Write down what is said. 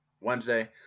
Wednesday